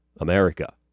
America